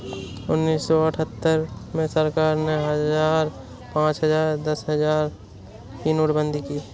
उन्नीस सौ अठहत्तर में सरकार ने हजार, पांच हजार, दस हजार की नोटबंदी की